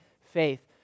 faith